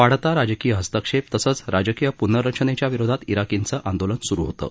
वाढता राजकीय हस्तक्षेप तसंच राजकीय पुनर्रचनेच्या विरोधात जिकींचं आंदोलन सुरु होतं